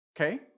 Okay